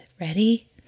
Ready